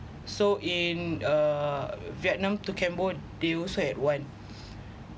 so in uh vietnam to cambodia they also had one